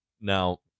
Now